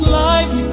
life